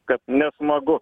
kad nesmagu